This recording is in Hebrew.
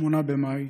8 במאי,